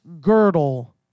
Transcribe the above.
girdle